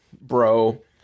bro